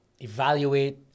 evaluate